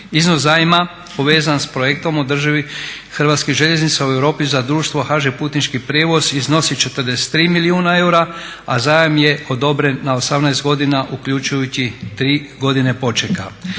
Iznos zajma povezan s projektom održivih Hrvatskih željeznica u Europi za društvo HŽ Putnički prijevoz iznosi 43 milijuna eura, a zajam je odobren na 18 godina uključujući 3 godine počeka.